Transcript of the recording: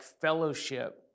fellowship